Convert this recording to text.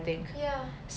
ya